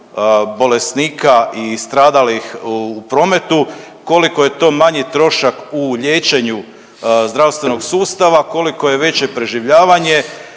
bolesnika i stradalih u prometu, koliko je to manji trošak u liječenju zdravstvenog sustava, koliko je veće preživljavanje